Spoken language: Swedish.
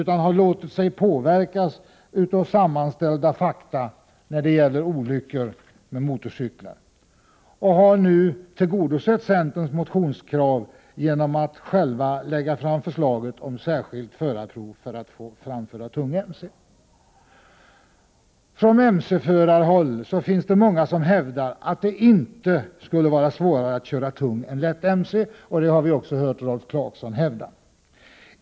De har låtit sig påverkas av sammanställda fakta när det gäller olyckor med motorcyklar och har nu tillgodosett centerns motionskrav genom att själva lägga fram förslaget om ett särskilt förarprov för att man skall få framföra tung motorcykel. Från motorcykelförarhåll finns det många som hävdar att det inte skulle vara svårare att köra tung än lätt motorcykel. Det har vi också hört Rolf Clarkson hävda.